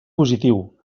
positiu